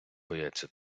бояться